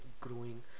growing